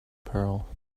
pearl